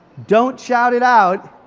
don't shout it out.